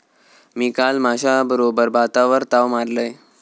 मी काल माश्याबरोबर भातावर ताव मारलंय